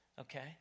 okay